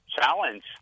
challenge